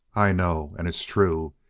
i know. and it's true.